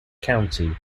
county